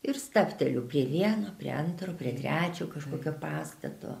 ir stabteliu prie vieno prie antro prie trečio kažkokio pastato